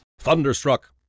Thunderstruck